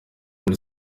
muri